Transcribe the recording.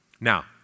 Now